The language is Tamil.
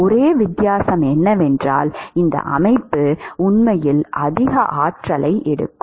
ஒரே வித்தியாசம் என்னவென்றால் இந்த அமைப்பு உண்மையில் அதிக ஆற்றலை எடுக்கும்